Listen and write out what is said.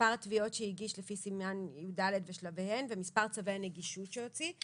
מספר התביעות שהגיש לפי סימן י"ד ושלביהן ומספר צווי הנגישות שהוציא.